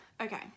Okay